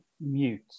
mute